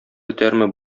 бетәрме